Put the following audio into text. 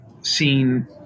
seen